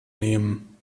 nehmen